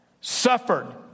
suffered